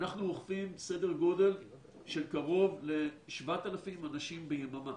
אנחנו אוכפים סדר גודל של קרוב ל-7,000 אנשים ביממה